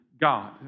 God